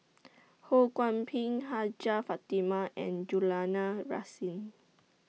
Ho Kwon Ping Hajjah Fatimah and Julana Rasin